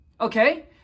Okay